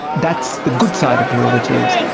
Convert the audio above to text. that's the good side of derivatives,